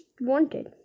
wanted